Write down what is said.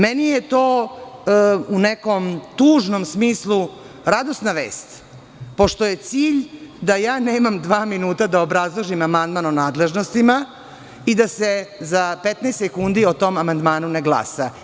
Meni je to u nekom tužnom smislu radosna vest pošto je cilj da nemam dva minuta da obrazložim amandman o nadležnostima i da se za 15 sekundi o tom amandmanu ne glasa.